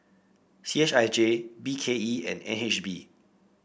C H I J B K E and N H B